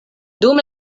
dum